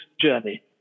journey